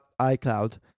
iCloud